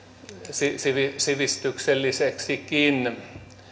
sivistykselliseksikin